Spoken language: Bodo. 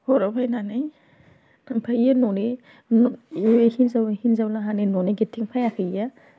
हराव फैनानै ओमफायो न'नि न' बियो हिनजाव हिनजाव लाहानि न'नि गेटथिं फैयाखै बियो